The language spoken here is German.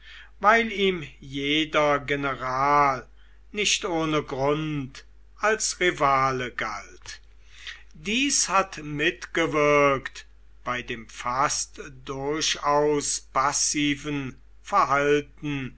weil ihm jeder general nicht ohne grund als rivale galt dies hat mitgewirkt bei dem fast durchaus passiven verhalten